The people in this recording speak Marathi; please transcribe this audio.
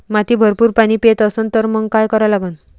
माती भरपूर पाणी पेत असन तर मंग काय करा लागन?